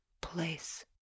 place